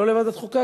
לא לוועדת חוקה,